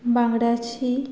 बांगड्याची